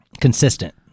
consistent